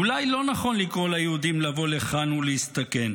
אולי לא נכון לקרוא ליהודים לבוא לכאן ולהסתכן.